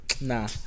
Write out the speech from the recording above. Nah